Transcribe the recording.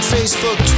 Facebook